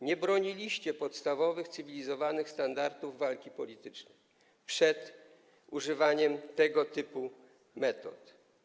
Nie broniliście podstawowych cywilizowanych standardów walki politycznej przed używaniem tego typu metod.